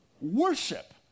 WORSHIP